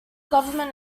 government